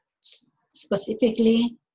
specifically